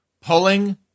pulling